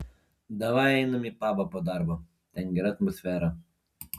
davai einam į pabą po darbo ten gera atmosfera